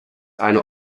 eine